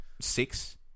six